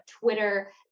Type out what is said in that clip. Twitter